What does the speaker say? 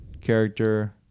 character